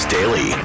Daily